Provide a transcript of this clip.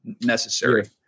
necessary